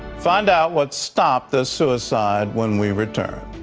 find out what stopped the suicide when we return.